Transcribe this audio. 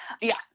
Yes